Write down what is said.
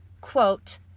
Quote